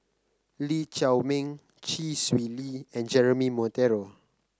Lee Chiaw Meng Chee Swee Lee and Jeremy Monteiro